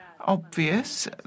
obvious